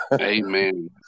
Amen